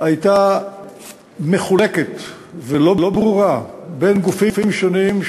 לא ברורה ומחולקת בין גופים שונים,